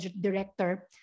director